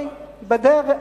מה אתה מוטרד?